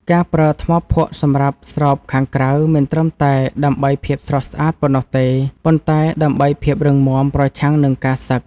ការប្រើថ្មភក់សម្រាប់ស្រោបខាងក្រៅមិនត្រឹមតែដើម្បីភាពស្រស់ស្អាតប៉ុណ្ណោះទេ ប៉ុន្តែដើម្បីភាពរឹងមាំប្រឆាំងនឹងការសឹក។